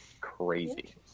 crazy